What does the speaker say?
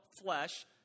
flesh